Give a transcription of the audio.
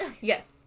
Yes